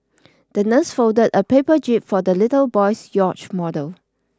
the nurse folded a paper jib for the little boy's yacht model